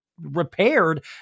repaired